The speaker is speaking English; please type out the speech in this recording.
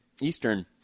Eastern